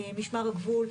משמר הגבול,